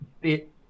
bit